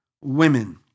women